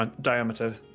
diameter